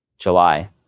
July